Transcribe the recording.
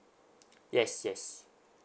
yes yes